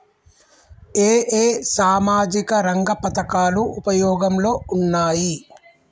ఏ ఏ సామాజిక రంగ పథకాలు ఉపయోగంలో ఉన్నాయి?